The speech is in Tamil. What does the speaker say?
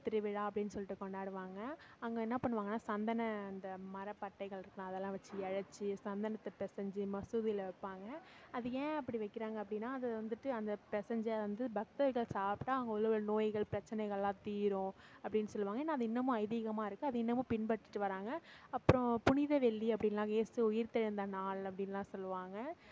திருவிழா அப்படின்னு சொல்லிட்டு கொண்டாடுங்க அங்கே என்ன பண்ணுவாங்கனா இந்த சந்தன அந்த மரப்பட்டைகள் இருக்கும் அதெல்லாம் வச்சு எழைச்சி சந்தனத்தை பெசைஞ்சி மசூதியில் வைப்பாங்க அது ஏன் அப்படி வைக்கிறாங்க அப்படின்னா அது வந்துவிட்டு அந்த பெசைஞ்ச வந்து பக்தர்கள் சாப்பிட்டா அங்கே உள்ள நோய்கள் பிரச்சனைகள்லாம் தீரும் அப்படின்னு சொல்வாங்க அது இன்னமும் ஐதிகமாக இருக்கு அது இன்னமும் பின்பற்றிகிட்டு வராங்க அப்றம் புனித வெள்ளி அப்படின்லாம் ஏசு உயிர்த்தெழுந்த நாள் அப்படின்னுலாம் சொல்வாங்க